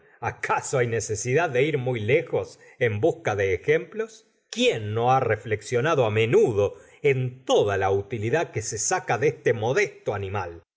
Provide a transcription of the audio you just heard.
acaso hay necesidad de ir muy lejos en busca de ejemplos quién no ha reflexionado menudo en toda la utilidad que se saca de ese modesto animal